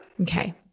Okay